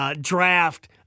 Draft